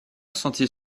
sentit